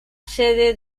sede